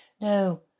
No